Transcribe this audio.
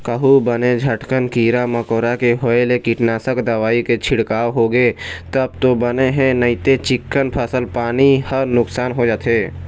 कहूँ बने झटकुन कीरा मकोरा के होय ले कीटनासक दवई के छिड़काव होगे तब तो बने हे नइते चिक्कन फसल पानी ह नुकसान हो जाथे